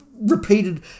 repeated